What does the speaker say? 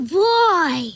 boy